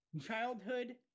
childhood